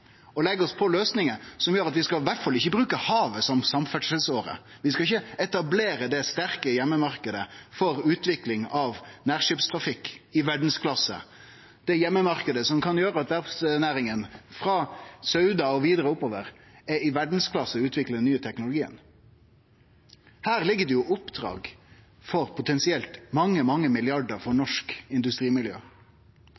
og leggje oss på løysingar som gjer at vi i alle fall ikkje skal bruke havet som samferdselsåre, at vi ikkje skal etablere den sterke heimemarknaden for utvikling av nærskipstrafikk i verdsklasse, den heimemarknaden som kan gjere at verftsnæringa frå Sauda og vidare oppover, i verdsklasse, kan utvikle den nye teknologien. Her ligg det jo oppdrag for potensielt mange milliardar for